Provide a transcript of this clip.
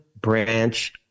branch